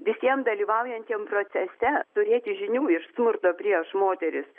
visiem dalyvaujantiem procese turėti žinių iš smurto prieš moteris